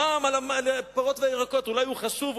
המע"מ על הפירות והירקות אולי הוא חשוב,